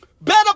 Better